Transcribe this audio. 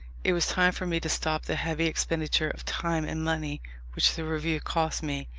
it was time for me to stop the heavy expenditure of time and money which the review cost me.